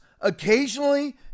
occasionally